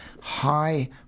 High